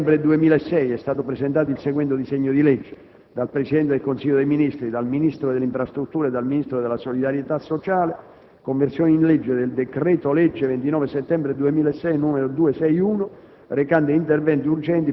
In data 29 settembre 2006, è stato presentato il seguente disegno di legge: *dal Presidente del Consiglio dei ministri, dal Ministro delle infrastrutture e dal Ministro della solidarietà sociale:* «Conversione in legge del decreto-legge 29 settembre 2006, n. 261,